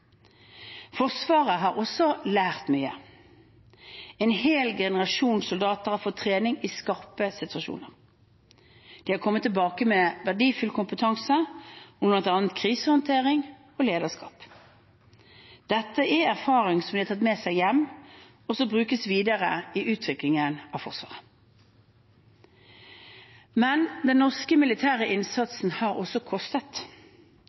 Forsvaret har også lært mye. En hel generasjon soldater har fått trening i skarpe situasjoner. De har kommet tilbake med verdifull kompetanse om bl.a. krisehåndtering og lederskap. Dette er erfaring som de har tatt med seg hjem, og som brukes videre i utviklingen av Forsvaret. Men den norske militære innsatsen har også kostet.